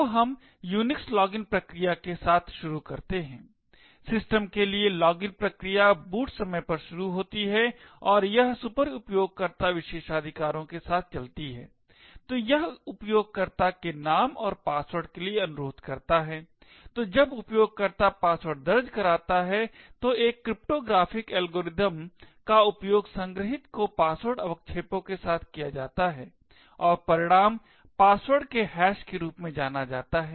तो हम Unix login प्रक्रिया के साथ शुरू करते हैं सिस्टम के लिए लॉगिन प्रक्रिया बूट समय पर शुरू होती है और यह सुपरउपयोगकर्ता विशेषाधिकारों के साथ चलती है तो यह उपयोगकर्ता के नाम और पासवर्ड के लिए अनुरोध करता है तो जब उपयोगकर्ता पासवर्ड दर्ज करता है तो एक क्रिप्टोग्राफ़िक एल्गोरिथ्म का उपयोग संगृहीत को पासवर्ड अवक्षेपों के साथ किया जाता है और परिणाम पासवर्ड के हैश के रूप में जाना जाता है